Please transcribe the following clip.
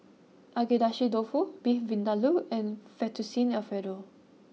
Agedashi Dofu Beef Vindaloo and Fettuccine Alfredo